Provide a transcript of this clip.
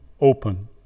open